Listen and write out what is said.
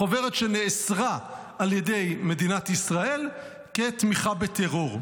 חוברת שנאסרה על ידי מדינת ישראל כתמיכה בטרור.